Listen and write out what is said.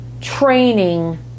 training